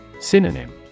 Synonym